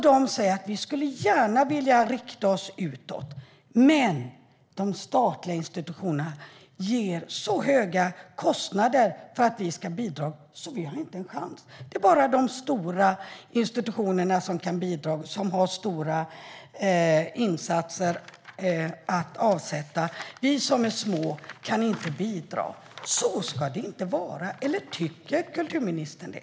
De säger: Vi skulle gärna vilja rikta oss utåt, men de statliga institutionerna ger så höga kostnader för att vi ska bidra, så vi har inte en chans. Det är bara de stora institutionerna som kan bidra, som har stora insatser att avsätta. Vi som är små kan inte bidra. Så ska det inte vara. Eller tycker kulturministern det?